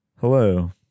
hello